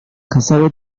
kazały